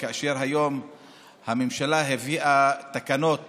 והיום הממשלה הביאה תקנות